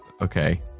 Okay